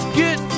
get